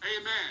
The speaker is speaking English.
Amen